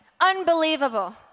Unbelievable